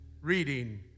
Reading